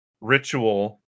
ritual